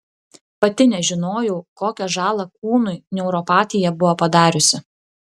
pati nežinojau kokią žalą kūnui neuropatija buvo padariusi